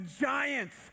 giants